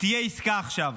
תהיה עסקה עכשיו.